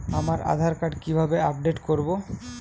আমার আধার কার্ড কিভাবে আপডেট করব?